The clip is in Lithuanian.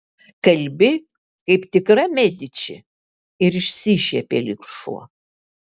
kalbi kaip tikra mediči ir išsišiepė lyg šuo